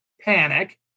panic